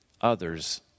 others